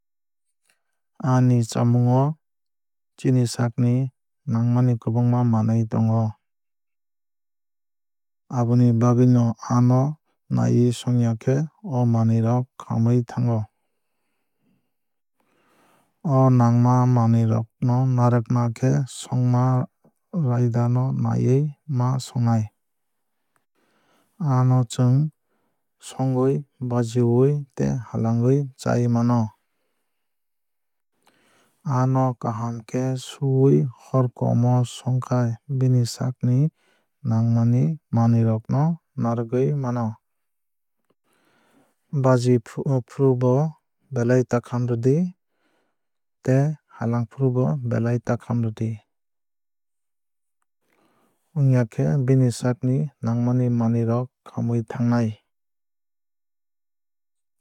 Aa ni chamung o chini saak ni nangmani kwbangma manwui tongo. Aboni bagwui no aa no naiwui songya khe o manwui rok khamwui thango. O nangma manwui rok narwkna khe songma raida no naiwui ma songnai. Aa no chwng songwui bajiwui tei halangwui chai mano. Aa no kaham khe suwui hor kom khe songkhai bini saak ni nangmani manwui no naragwui mano. Baji fru bo belai ta khamrwdi tei halangfru bo belai ta khamrwdi. Wngya khe bini saakni nangmani manwui rok khamwui thangnai.